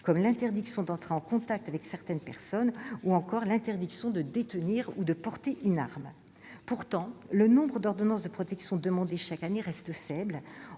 exemple l'interdiction d'entrer en contact avec certaines personnes ou encore l'interdiction de détenir ou de porter une arme. Pourtant, le nombre demandes d'ordonnance de protection reste faible